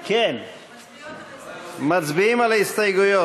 כן, אדוני, מצביעות על ההסתייגויות.